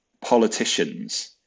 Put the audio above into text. politicians